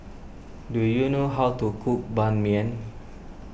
do you know how to cook Ban Mian